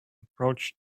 approach